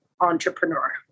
entrepreneur